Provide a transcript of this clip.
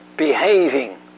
behaving